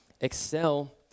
excel